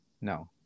No